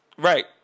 Right